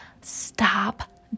stop